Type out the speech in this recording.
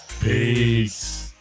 Peace